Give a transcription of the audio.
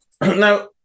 now